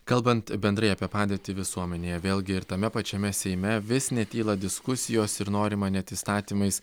kalbant bendrai apie padėtį visuomenėje vėlgi ir tame pačiame seime vis netyla diskusijos ir norima net įstatymais